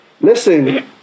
Listen